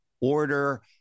order